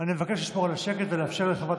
אני מבקש לשמור על השקט ולאפשר לחברת